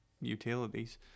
utilities